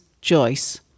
Joyce